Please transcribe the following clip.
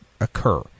occur